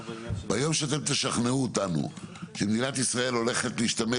ביום שאתם תשכנעו אותנו שמדינת ישראל הולכת להשתמש